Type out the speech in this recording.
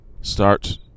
start